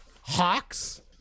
Hawks